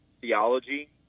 theology